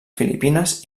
filipines